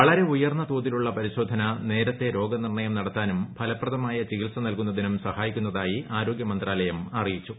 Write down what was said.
വളരെ ഉയർന്ന തോതിലുള്ള പരിശോധന നേരത്തേ രോഗനിർണ്ണയം നടത്താനും ഫലപ്രദമായ ചികിത്സ നൽകുന്നതിനും സഹായിക്കുന്നതായി ആരോഗൃമന്ത്രാലയം അറിയിച്ചു